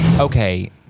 okay